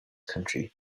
country